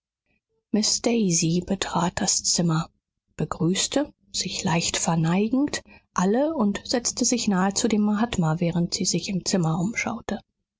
betrat das zimmer begrüßte sich leicht verneigend alle und setzte sich nahe zu dem mahatma während sie sich im zimmer umschaute